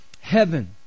heaven